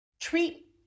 treat